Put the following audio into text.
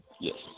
yes